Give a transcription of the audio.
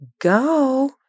go